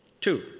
Two